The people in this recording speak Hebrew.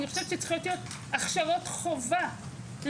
אני חושבת שצריך להיות ההכשרות חובה למנהל,